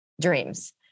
dreams